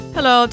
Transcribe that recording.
Hello